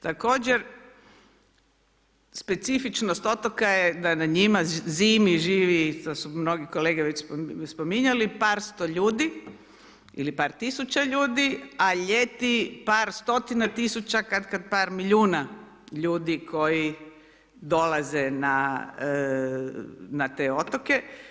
Također, specifičnost otoka je da na njima zimi živi, to su mnogi kolege već spominjali, par sto ljudi ili par tisuća ljudi, a ljeti par stotina tisuća, kadkad par milijuna ljudi koji dolaze na te otoke.